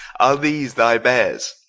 are these thy beares?